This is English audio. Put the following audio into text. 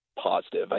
positive